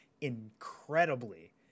incredibly